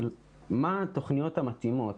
מה התוכניות המתאימות,